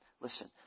Listen